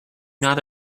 not